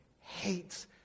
hates